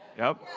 yep.